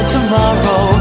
tomorrow